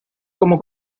como